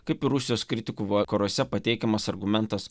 kaip ir rusijos kritikų vakaruose pateikiamas argumentas